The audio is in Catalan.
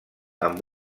amb